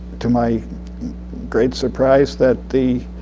to my great surprise, that the